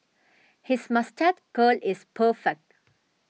his moustache curl is perfect